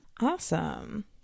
Awesome